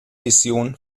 vision